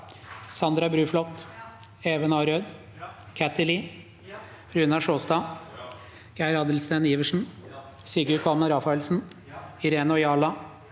Sandra Bruflot, Even A. Røed, Kathy Lie, Runar Sjåstad, Geir Adelsten Iversen, Sigurd Kvammen Rafaelsen, Irene Ojala,